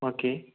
okay